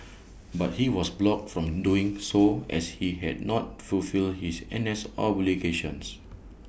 but he was blocked from doing so as he had not fulfilled his N S obligations